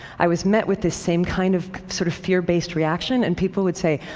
i was met with this same kind of sort of fear-based reaction. and people would say,